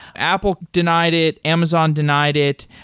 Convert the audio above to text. apple denied it. amazon denied it.